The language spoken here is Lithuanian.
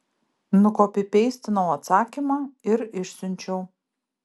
nukopipeistinau atsakymą ir išsiunčiau